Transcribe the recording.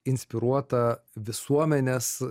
inspiruotą visuomenės